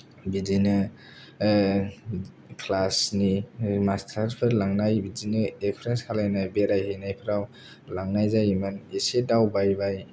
बिदिनो क्लासनि मास्थारफोर लांनाय बिदिनो एक्सपिरियेन्स खालामनाय बेरायहैनायफ्राव लांनाय जायोमोन एसे दावबायबाय